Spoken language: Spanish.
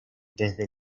desde